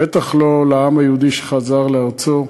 בטח לא לעם היהודי שחזר לארצו.